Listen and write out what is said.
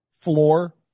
floor